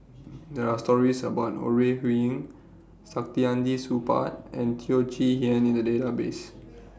There Are stories about Ore Huiying Saktiandi Supaat and Teo Chee Hean in The Database